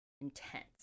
intense